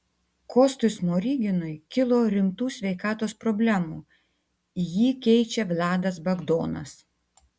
kostui smoriginui kilo rimtų sveikatos problemų jį keičia vladas bagdonas